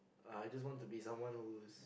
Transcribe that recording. I just want to be someone who is